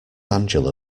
angela